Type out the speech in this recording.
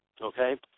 Okay